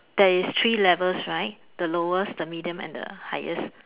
there is three levels right the lowest the middle and the highest